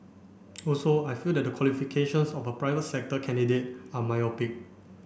also I feel that the qualifications of a private sector candidate are myopic